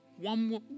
One